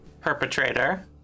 perpetrator